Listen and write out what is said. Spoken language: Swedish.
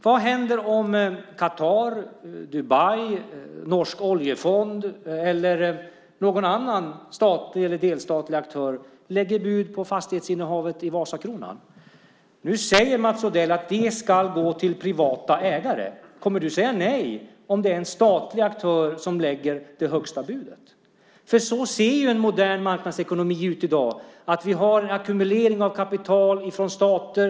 Vad händer om Quatar, Dubai, den norska oljefonden eller någon annan statlig eller delstatlig aktör lägger bud på fastighetsinnehavet i Vasakronan? Nu säger Mats Odell att det ska gå till privata ägare. Kommer du att säga nej om en statlig aktör lägger det högsta budet? Det är så en modern marknadsekonomi ser ut i dag. Vi har en ackumulering av kapital från stater.